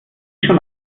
schon